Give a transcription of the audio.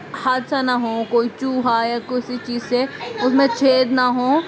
حادثہ نہ ہو کوئی چوہا یا کسی چیز سے اس میں چھید نہ ہو